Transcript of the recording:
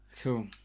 Cool